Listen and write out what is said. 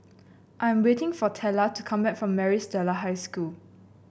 I am waiting for Tella to come back from Maris Stella High School